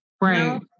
right